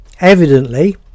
Evidently